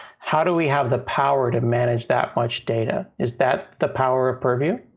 how do we have the power to manage that much data? is that the power of purview?